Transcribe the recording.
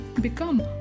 become